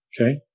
Okay